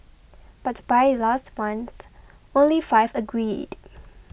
but by last month only five agreed